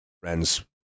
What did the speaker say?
Friends